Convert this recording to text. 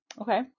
Okay